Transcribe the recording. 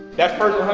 that first